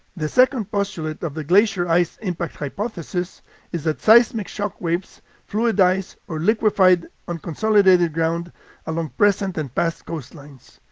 the second postulate of the glacier ice impact hypothesis is that seismic shock waves fluidized or liquefied unconsolidated ground along present and past coastlines.